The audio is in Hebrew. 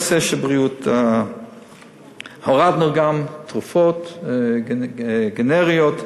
הורדנו גם תרופות גנריות,